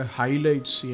highlights